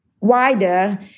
wider